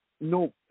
no